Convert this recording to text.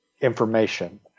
information